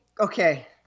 okay